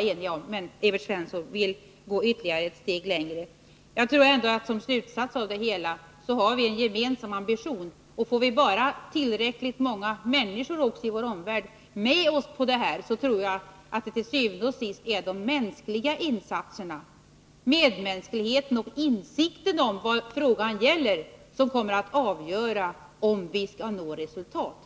eniga, även om Evert Svensson vill gå ett steg längre. Jag tror ändå att slutsatsen av det hela är att vi har en gemensam ambition. Får vi bara tillräckligt många människor i vår omvärld med oss i det här arbetet, så tror jag att det til syvende og sidst är de mänskliga insatserna, medmänskligheten och insikten om vad frågan gäller, som kommer att bli avgörande för om vi skall nå resultat.